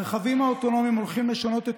הרכבים האוטונומיים הולכים לשנות את